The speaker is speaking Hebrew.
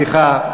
סליחה.